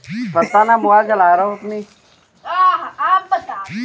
सबसे अच्छा दूध किस पशु का होता है?